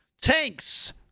tanks